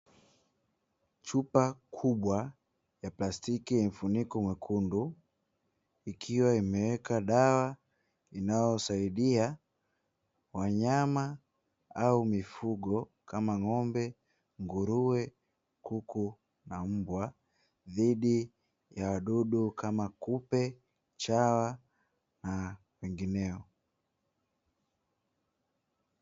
Chupa kubwa ya plastiki yenye mfuniko mwekundu, ikiwa imewekwa dawa inayosaidia wanyama au mifugo, kama: ng'ombe, nguruwe, kuku na mbwa, dhidi ya wadudu kama kupe, chawa, na wengine.